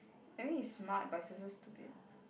I mean he's smart but he's also stupid